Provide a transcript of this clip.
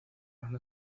banda